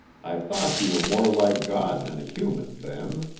i thought you were more like god than a human then.